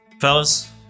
fellas